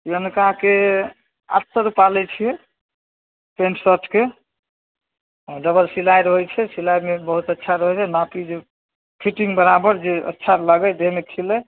सिअनकाके आठ सओ रुपैआ लै छिए पैन्ट शर्टके आओर डबल सिलाइ रहै छै सिलाइमे बहुत अच्छा रहल नापी जे फिटिङ्ग बराबर जे अच्छा लागै देहमे खिलै